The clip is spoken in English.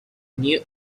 new